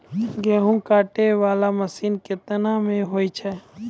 गेहूँ काटै वाला मसीन केतना मे होय छै?